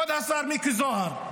כבוד השר מיקי זוהר,